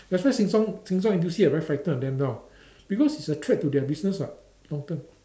that's why Sheng-Siong Sheng-Siong N_T_U_C like very frightened of them now because it's a threat to their business what long term